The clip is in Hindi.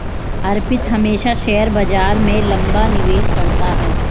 अर्पित हमेशा शेयर बाजार में लंबा निवेश करता है